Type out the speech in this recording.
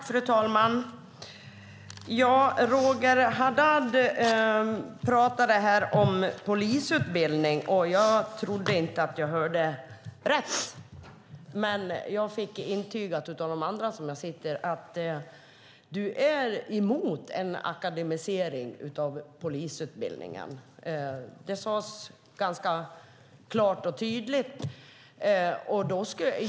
Fru talman! Roger Haddad talade om polisutbildning, och jag trodde inte att jag hörde rätt. Jag fick dock intygat av mina bänkkamrater att han är emot en akademisering av polisutbildningen. Det sades ganska klart och tydligt.